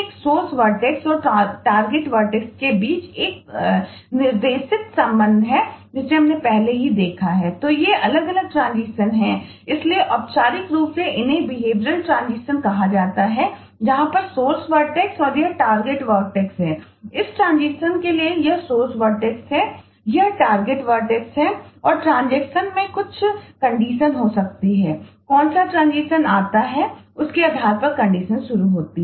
pseudostate शुरू होती है